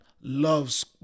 loves